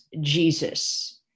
Jesus-